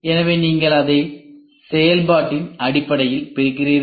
எனவே நீங்கள் அதை செயல்பாட்டின் அடிப்படையில் பிரிக்கிறீர்கள்